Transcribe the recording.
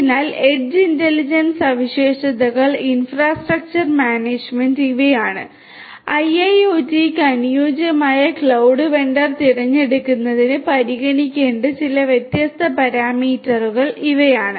അതിനാൽ edge intelligence സവിശേഷതകൾ infrastructure management ഇവയാണ് IIoT യ്ക്ക് അനുയോജ്യമായ ക്ലൌഡ് വെണ്ടർ തിരഞ്ഞെടുക്കുന്നതിന് പരിഗണിക്കേണ്ട ചില വ്യത്യസ്ത പാരാമീറ്ററുകൾ ഇവയാണ്